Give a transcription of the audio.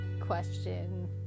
question